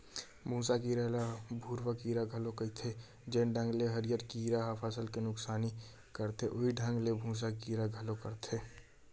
भूँसा कीरा ल भूरूवा कीरा घलो केहे जाथे, जेन ढंग ले हरियर कीरा ह फसल के नुकसानी करथे उहीं ढंग ले भूँसा कीरा घलो करथे